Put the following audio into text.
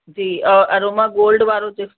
जी और aroma gold वारो जेको